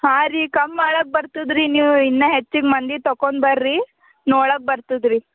ಹಾಂ ರೀ ಕಮ್ಮಿ ಮಾಡೋಕೆ ಬರ್ತದ್ರಿ ನೀವು ಇನ್ನೂ ಹೆಚ್ಚಿಗೆ ಮಂದಿ ತಗೊಂಡ್ಬರ್ರಿ ನೋಡೋಕೆ ಬರ್ತದ್ರಿ